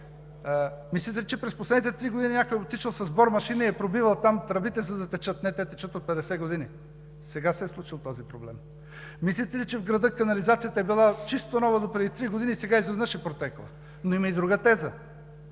мислите ли, че през последните три години някой е отишъл с бормашина и е пробивал там тръбите, за да текат? Не, те текат от петдесет години. Сега се е случил този проблем. Мислите ли, че в града канализацията е била чисто нова допреди три години и сега изведнъж е протекла? Но има и друга теза